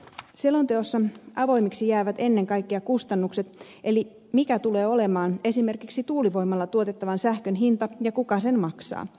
selonteossa avoimiksi jäävät ennen kaikkea kustannukset eli se mikä tulee olemaan esimerkiksi tuulivoimalla tuotettavan sähkön hinta ja kuka sen maksaa